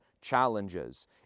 challenges